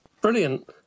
brilliant